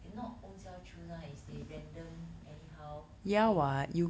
it not own self choose one is they random anyhow 配 [one]